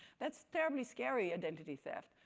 that's terribly scary, identity theft.